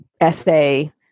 essay